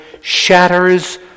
shatters